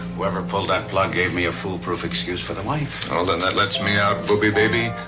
whoever pulled that plug gave me a foolproof excuse for the wife. well, then that lets me out, bubbie, baby.